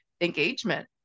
engagement